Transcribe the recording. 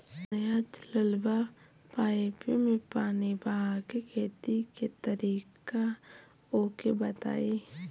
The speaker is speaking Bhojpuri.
नया चलल बा पाईपे मै पानी बहाके खेती के तरीका ओके बताई?